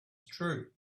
true